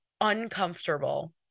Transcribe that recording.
uncomfortable